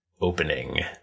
opening